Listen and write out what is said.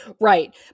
Right